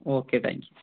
okay thank you